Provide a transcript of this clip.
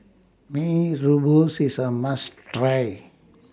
Mee Rebus IS A must Try